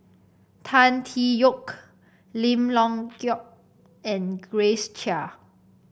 Tan Tee Yoke Lim Leong Geok and Grace Chia